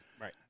Right